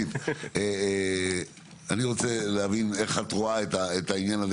אני רוצה להבין איך את רואה את העניין הזה,